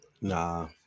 Nah